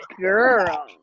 girl